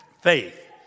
Faith